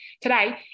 today